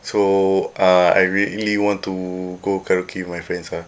so uh I really want to go karaoke with my friends ah